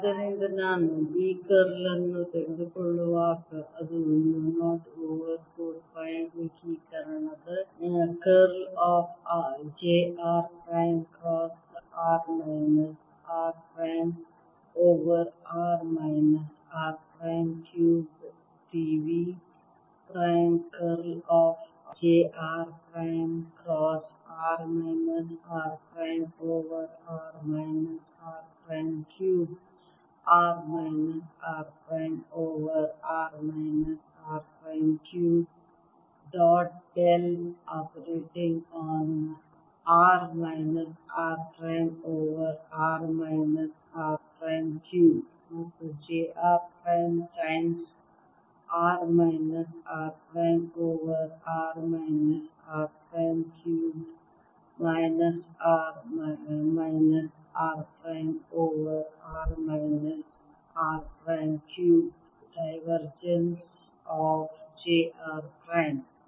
ಆದ್ದರಿಂದ ನಾನು B curl ಅನ್ನು ತೆಗೆದುಕೊಳ್ಳುವಾಗ ಅದು ಮ್ಯೂ 0 ಓವರ್ 4 ಪೈ ಏಕೀಕರಣದ curl of j r prime cross r minus r prime over r minus r prime cubed d v prime curl of j r prime cross r minus r prime over r minus r prime cubed r minus r prime over r minus r prime cube dot del operating on r minus r prime on r minus r prime over r minus r prime cubed ಮತ್ತು j r prime times r minus r prime over r minus r prime cubed minus r minus r prime over r minus r prime cube divergence of j r prime